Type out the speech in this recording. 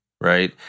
right